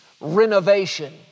renovation